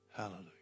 Hallelujah